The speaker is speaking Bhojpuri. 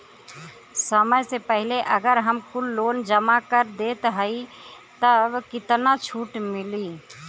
समय से पहिले अगर हम कुल लोन जमा कर देत हई तब कितना छूट मिली?